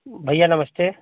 भैया नमस्ते